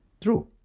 True